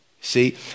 See